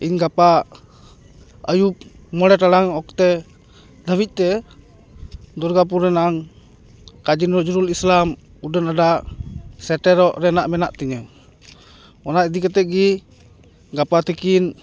ᱤᱧ ᱜᱟᱯᱟ ᱟᱭᱩᱵ ᱢᱚᱬᱮ ᱴᱟᱲᱟᱝ ᱚᱠᱛᱮ ᱫᱷᱟᱵᱤᱡ ᱛᱮ ᱫᱩᱨᱜᱟᱯᱩᱨ ᱨᱮᱱᱟᱝ ᱠᱟᱹᱡᱤ ᱱᱚᱡᱽᱨᱩᱞ ᱤᱥᱞᱟᱢ ᱩᱰᱟᱹᱱ ᱟᱰᱟ ᱥᱮᱴᱮᱨᱚᱜ ᱨᱮᱱᱟᱜ ᱢᱮᱱᱟᱜ ᱛᱤᱧᱟᱹ ᱚᱱᱟ ᱤᱫᱤ ᱠᱟᱛᱮ ᱜᱮ ᱜᱟᱯᱟ ᱛᱤᱠᱤᱱ